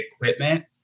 equipment